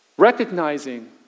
recognizing